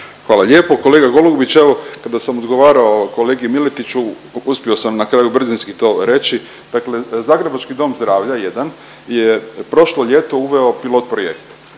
Hvala lijepo. Kolega Golubić ja sam razgovarao kolegi Miletiću, uspio sam na kraju brzinski to reći. Dakle, zagrebački dom zdravlja jedan je prošlo ljeto uveo pilot projekt,